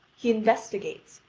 he investigates,